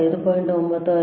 92 ಆಗಿದೆ